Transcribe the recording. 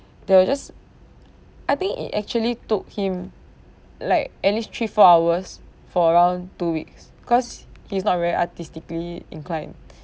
though it just I think it actually took him like at least three four hours for around two weeks cause he's not very artistically inclined